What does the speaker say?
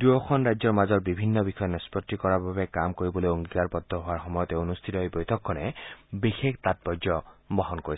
দুয়োখন ৰাজ্যৰ মাজত বিভিন্ন বিষয় নিষ্পত্তি কৰাৰ বাবে কাম কৰিবলৈ অংগীকাৰবদ্ধ হোৱাৰ সময়তে অনুষ্ঠিত এই বৈঠকখনে বিশেষ তাৎপৰ্য বহন কৰিছে